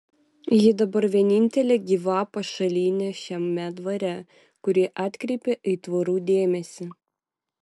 ji dabar vienintelė gyva pašalinė šiame dvare kuri atkreipė aitvarų dėmesį